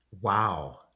Wow